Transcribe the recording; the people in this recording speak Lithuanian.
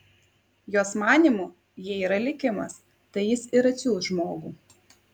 jos manymu jei yra likimas tai jis ir atsiųs žmogų